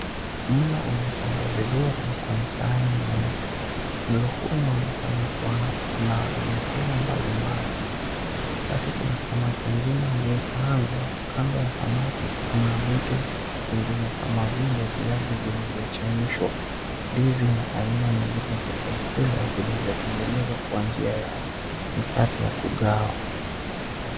Mlo umepangwa vizuri kwenye sahani nyeupe. Mlo huu unaonekana kuwa na vyakula mbalimbali. Katikati kuna samaki mzima aliyekaangwa. Kando ya samaki kuna vitu vingine kama vile viazi vilivyochemshwa, ndizi na aina nyingine ya vyakula vilivyotengenezwa kwa njia ya mikate ya kugawa.